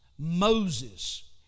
Moses